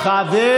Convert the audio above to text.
אליכם.